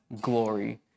glory